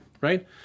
right